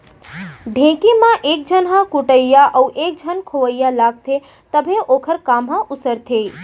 ढेंकी म एक झन ह कुटइया अउ एक झन खोवइया लागथे तभे ओखर काम हर उसरथे